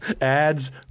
ads